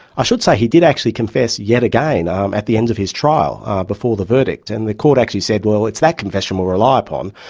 i should say he did actually confess yet again um at the end of his trial before the verdict, and the court actually said well, it's that confessions we'll rely upon',